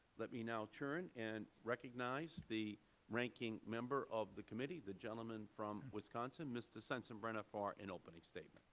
let me now turn and recognize the ranking member of the committee, the gentleman from wisconsin, mr. sensenbrenner, for an opening statement.